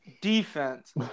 defense